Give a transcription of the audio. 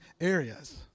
areas